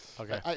Okay